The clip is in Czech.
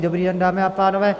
Dobrý den, dámy a pánové.